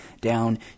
down